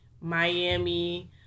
Miami